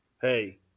hey